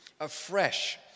afresh